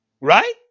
Right